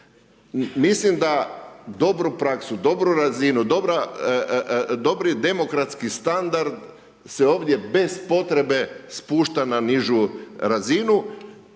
Mislim da dobru praksu, dobru razinu, dobri demokratski standard se ovdje bez potrebe spušta na nižu razinu,